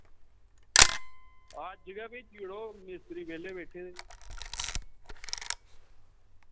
हां अज्ज गै भेजी ओड़ो मिस्त्री बेह्ले बैठे दे